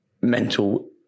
mental